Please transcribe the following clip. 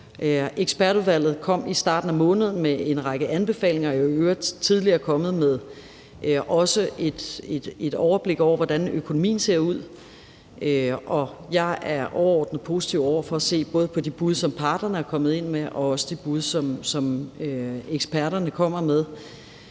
Ekspertudvalget kom i starten af måneden med en række anbefalinger og er i øvrigt tidligere også kommet med et overblik over, hvordan økonomien ser ud, og jeg er overordnet positiv over for at se både på de bud, som parterne er kommet med, og også de bud, som eksperterne kommer med.